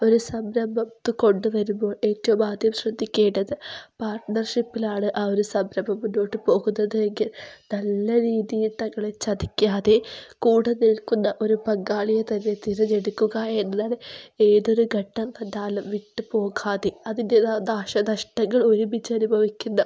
ഒരു സംരംഭത്തെ കൊണ്ടുവരുമ്പോൾ ഏറ്റവും ആദ്യം ശ്രദ്ധിക്കേണ്ടത് പാർട്ണർഷിപ്പിലാണ് ആ ഒരു സംരംഭം മുന്നോട്ട് പോകുന്നത് എങ്കിൽ നല്ല രീതിയിൽ തങ്ങളെ ചതിക്കാതെ കൂടെ നിൽക്കുന്ന ഒരു പങ്കാളിയെ തന്നെ തിരഞ്ഞെടുക്കുക എന്നാണ് ഏതോരു ഘട്ടം വന്നാലും വിട്ടു പോകാതെ അതിൻ്റേതായ നാശനഷ്ടങ്ങൾ ഒരുമിച്ചനുഭവിക്കുന്ന